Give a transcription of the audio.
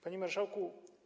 Panie Marszałku!